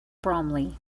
bromley